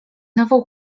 nową